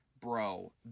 Bro